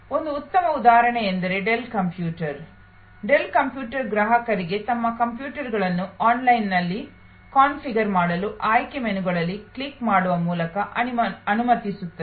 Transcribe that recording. ಒಂದು ಉತ್ತಮ ಉದಾಹರಣೆಯೆಂದರೆ ಡೆಲ್ ಕಂಪ್ಯೂಟರ್ ಡೆಲ್ ಕಂಪ್ಯೂಟರ್ ಗ್ರಾಹಕರಿಗೆ ತಮ್ಮ ಕಂಪ್ಯೂಟರ್ಗಳನ್ನು ಆನ್ಲೈನ್ನಲ್ಲಿ ಕಾನ್ಫಿಗರ್ ಮಾಡಲು ಆಯ್ಕೆ ಮೆನುಗಳಲ್ಲಿ ಕ್ಲಿಕ್ ಮಾಡುವ ಮೂಲಕ ಅನುಮತಿಸುತ್ತದೆ